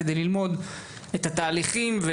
בוועדה, כדי ללמוד את התהליכים.